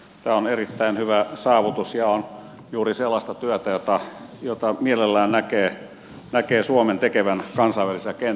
tämä on erittäin hyvä saavutus ja on juuri sellaista työtä jota mielellään näkee suomen tekevän kansainvälisillä kentillä